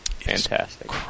Fantastic